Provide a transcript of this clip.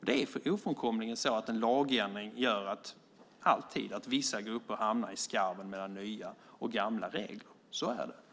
Det är ofrånkomligen så att en lagändring alltid gör att vissa grupper hamnar i skarven mellan nya och gamla regler. Så är det.